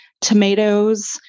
tomatoes